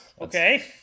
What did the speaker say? okay